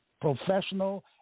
professional